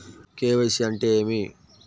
KYC అంటే ఏమి?